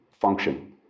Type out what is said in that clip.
function